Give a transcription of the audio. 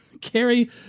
Carrie